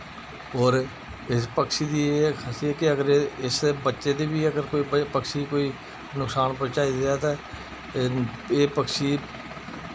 होर इस पक्षी दी एह् खासियत ऐ अगर एह् बच्चे दे बी पक्षी अगर कोई नकसान पहुंचाई जा ते एह् पक्षी